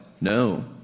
No